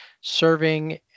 serving